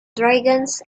dragons